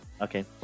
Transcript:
Okay